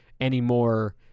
anymore